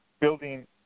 building